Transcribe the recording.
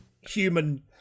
human